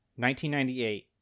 1998